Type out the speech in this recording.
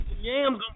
Yams